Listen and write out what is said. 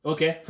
Okay